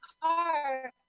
car